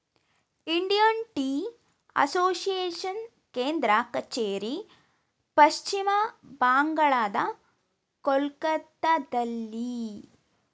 Indian tea association ಕೇಂದ್ರ ಕಚೇರಿ ಪಶ್ಚಿಮ ಬಂಗಾಳದ ಕೊಲ್ಕತ್ತಾದಲ್ಲಿ